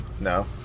no